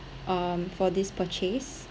um for this purchase